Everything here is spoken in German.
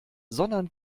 sondern